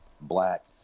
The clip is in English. Black